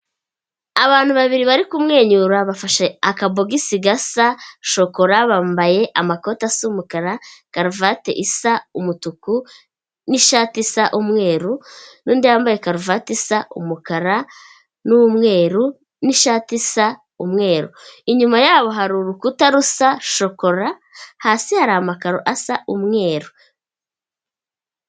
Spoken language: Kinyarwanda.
Abantu babiri bari kumwenyura bafashe akabogisi gasa shokora, bambaye amakoti asa umukara, karuvati isa umutuku n'ishati isa umweru, n'undi yambaye karuvati isa umukara n'umweru n'ishati isa umweru. Inyuma yabo hari urukuta rusa shokora, hasi hari amakaro asa umweru.